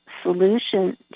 Solution